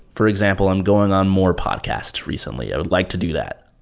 for example, i'm going on more podcast recently. i would like to do that.